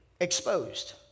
exposed